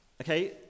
Okay